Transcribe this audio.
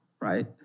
right